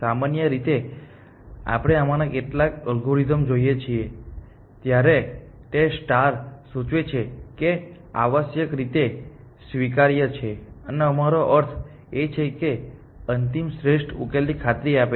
સામાન્ય રીતે જ્યારે આપણે આમાંના કેટલાક અલ્ગોરિધમ્સ જોઈએ છીએ ત્યારે તે સૂચવે છે કે તે આવશ્યકરીતે સ્વીકાર્ય છે અને અમારો અર્થ એ છે કે તે અંતિમ શ્રેષ્ઠ ઉકેલની ખાતરી આપે છે